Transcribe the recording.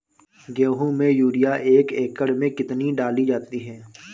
गेहूँ में यूरिया एक एकड़ में कितनी डाली जाती है?